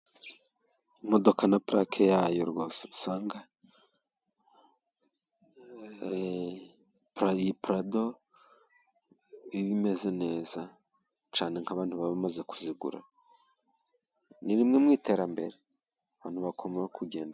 Imodoka na purake yayo rwose usanga... iyi purado iba imeze neza cyane nk'abantu bamaze kuzigura. Ni bimwe mu iterambereabantu bakemera kugenda.